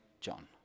John